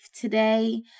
today